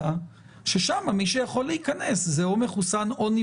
אני מציע שלא תשתמשו בעניין הזה